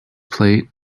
plate